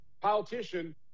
politician